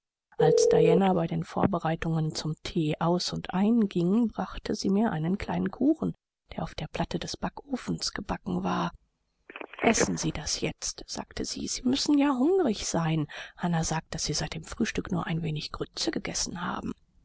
als diana bei den vorbereitungen zum thee aus und einging brachte sie mir einen kleinen kuchen der auf der platte des backofens gebacken war essen sie das jetzt sagte sie sie müssen ja hungrig sein hannah sagt daß sie seit dem frühstück nur ein wenig grütze gegessen haben